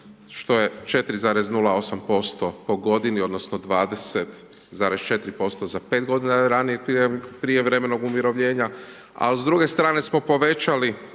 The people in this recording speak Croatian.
što je 4,08% po godini, odnosno 20,4% za 5 g. ranijeg prijevremenog umirovljenja, a s druge smo povećali